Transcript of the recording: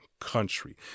country